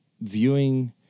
viewing